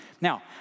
Now